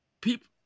people